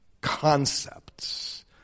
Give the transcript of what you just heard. concepts